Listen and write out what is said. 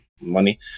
money